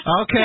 Okay